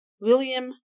William